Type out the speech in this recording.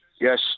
Yes